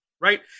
right